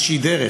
איזושהי דרך,